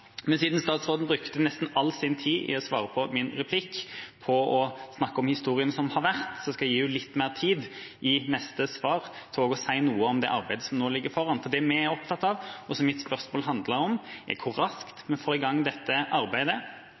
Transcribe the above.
Men siden statsråden brukte nesten all sin tid i svaret på min replikk til å snakke om historien som har vært, skal jeg gi henne litt mer tid – i neste svar – til å si noe om det arbeidet som nå ligger foran oss. Det vi er opptatt av, og som mitt spørsmål handlet om, er hvor raskt vi får i gang dette arbeidet.